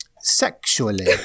sexually